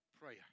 prayer